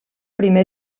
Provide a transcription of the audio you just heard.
primer